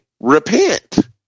Repent